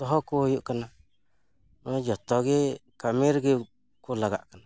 ᱫᱚᱦᱚ ᱠᱚ ᱦᱩᱭᱩᱜ ᱠᱟᱱᱟ ᱱᱚᱜᱚᱭ ᱡᱚᱛᱚ ᱜᱮ ᱠᱟᱹᱢᱤ ᱨᱮᱜᱮ ᱠᱚ ᱞᱟᱜᱟᱜ ᱠᱟᱱᱟ